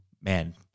Man